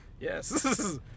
Yes